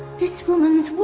this woman's